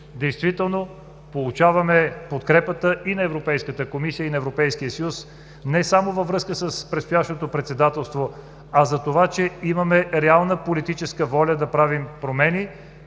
действително получаваме подкрепата и на Европейската комисия, и на Европейския съюз не само във връзка с предстоящото председателство, а затова, че имаме реална политическа воля да правим промени